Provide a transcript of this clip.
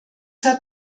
hat